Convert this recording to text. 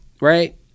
right